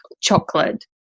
chocolate